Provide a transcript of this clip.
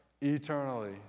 eternally